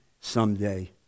someday